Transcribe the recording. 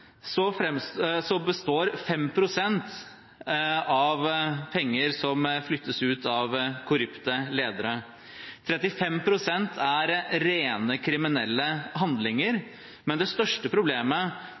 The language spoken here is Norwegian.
består 5 pst. av penger som flyttes ut av korrupte ledere. 35 pst. er rene kriminelle